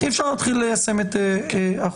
אי-אפשר להתחיל ליישם את החוק.